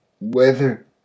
Weather